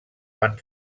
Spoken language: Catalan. van